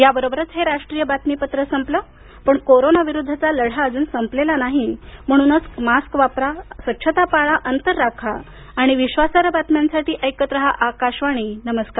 याबरोबरच हे राष्ट्रीय बातमीपत्र संपलं पण कोरोना विरुद्धचा लढा अजून संपलेला नाही म्हणूनच मास्क वापरा स्वच्छता पाळा अंतर राखा आणि विश्वासार्ह बातम्यांसाठी ऐकत रहा आकाशवाणी नमरकार